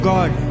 God